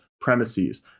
premises